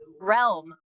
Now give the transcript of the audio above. realm